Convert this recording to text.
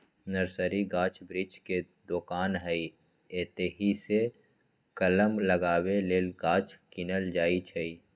nursery गाछ वृक्ष के दोकान हइ एतहीसे कलम लगाबे लेल गाछ किनल जाइ छइ